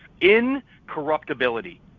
incorruptibility